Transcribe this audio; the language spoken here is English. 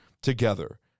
Together